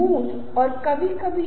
वास्तव में वे क्या कर रहे हैं